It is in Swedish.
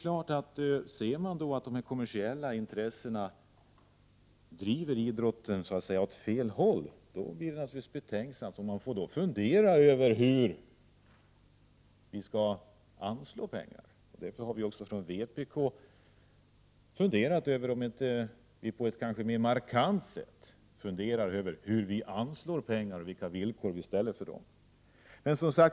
Om man ser att de kommersiella intressena driver idrotten åt fel håll blir man naturligtvis betänksam. Man får då fundera över på vilket sätt vi skall anslå medel. Vi från vpk:s sida anser att man på ett mer markant sätt skall tänka på hur medlen fördelas och vilka villkor som ställs.